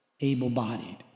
able-bodied